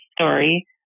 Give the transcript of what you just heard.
story